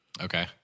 Okay